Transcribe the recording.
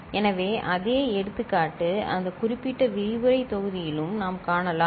எனவே அதே எடுத்துக்காட்டு அந்த குறிப்பிட்ட விரிவுரை தொகுதியிலும் நாம் காணலாம்